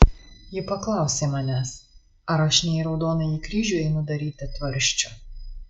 ji paklausė manęs ar aš ne į raudonąjį kryžių einu daryti tvarsčių